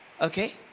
Okay